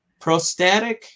prostatic